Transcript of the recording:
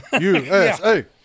usa